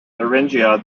thuringia